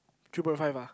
three point five ah